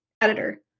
editor